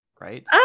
right